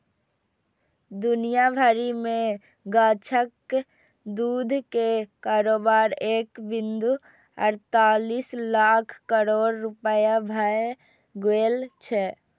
दुनिया भरि मे गाछक दूध के कारोबार एक बिंदु अड़तालीस लाख करोड़ रुपैया भए गेल छै